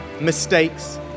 mistakes